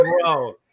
bro